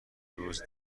روز